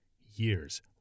years